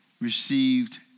received